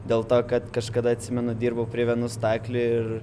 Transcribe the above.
dėl to kad kažkada atsimenu dirbau prie vienų staklių ir